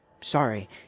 Sorry